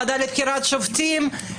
הוועדה לבחירת שופטים,